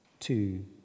Two